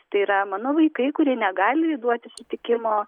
tai yra mano vaikai kurie negali duoti sutikimo